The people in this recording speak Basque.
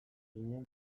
ginen